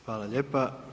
Hvala lijepo.